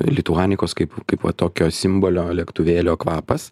lituanikos kaip kaip va tokio simbolio lėktuvėlio kvapas